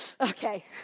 Okay